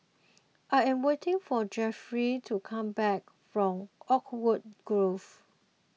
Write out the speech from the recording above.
I am waiting for Jeffery to come back from Oakwood Grove